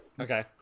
Okay